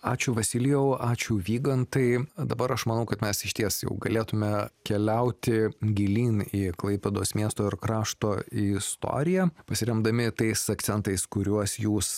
ačiū vasilijau ačiū vygantai dabar aš manau kad mes išties jau galėtume keliauti gilyn į klaipėdos miesto ir krašto istoriją pasiremdami tais akcentais kuriuos jūs